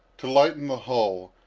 to lighten the hull,